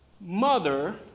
mother